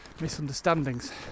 misunderstandings